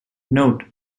note